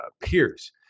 peers